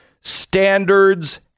standards